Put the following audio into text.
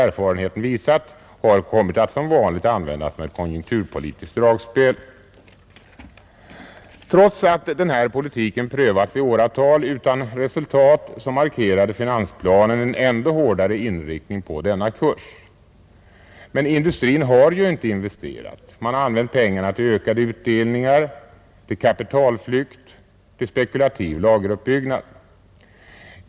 Erfarenheten har visat att bostadsbyggandet kommit att användas som konjunkturpolitiskt dragspel. Trots att denna politik prövats i åratal utan resultat, markerade finansplanen en ännu hårdare inriktning på denna kurs. Men industrin har ju inte investerat. Man har använt pengarna till ökade utdelningar, till kapitalflykt, till spekulativ lageruppbyggnad.